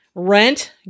Rent